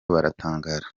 baratangara